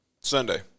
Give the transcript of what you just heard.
Sunday